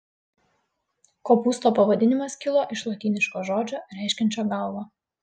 kopūsto pavadinimas kilo iš lotyniško žodžio reiškiančio galvą